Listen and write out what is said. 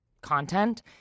content